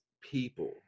people